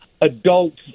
adults